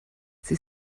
sie